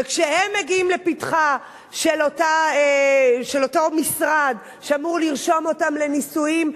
וכשהם מגיעים לפתחו של אותו משרד שאמור לרשום אותם לנישואים,